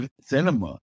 cinema